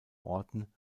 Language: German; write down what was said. orten